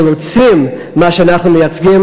שרוצים מה שאנחנו מייצגים,